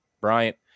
Bryant